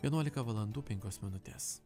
vienuolika valandų penkios minutės